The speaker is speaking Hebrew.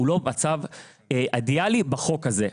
הוא לא מצב אידיאלי בחוק הזה.